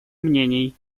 мнений